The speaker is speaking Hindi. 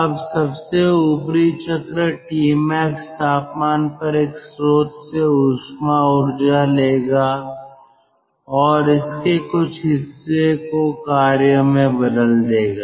अब सबसे ऊपरी चक्र Tmax तापमान पर एक स्रोत से ऊष्मा ऊर्जा लेगा और इसके कुछ हिस्से को कार्य में बदल देगा